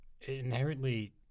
inherently